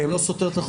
זה לא סותר את החוק.